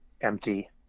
empty